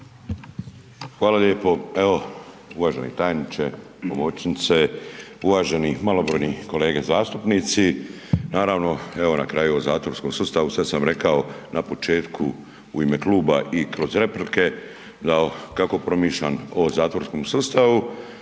Hvala lijepo. Evo uvaženi tajniče, pomoćnice, uvaženi malobrojni kolege zastupnici. Naravno evo na kraju o zatvorskom sustavu sve sam rekao na početku u ime kluba i kroz replike kako promišljam o zatvorskom sustavu